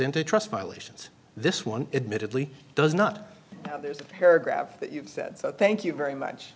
into trust violations this one admittedly does not there's a paragraph that you've said thank you very much